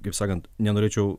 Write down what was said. kaip sakant nenorėčiau